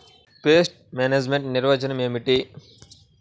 Pest management నిర్వచనం ఏమిటి?